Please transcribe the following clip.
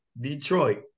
Detroit